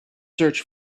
search